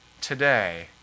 today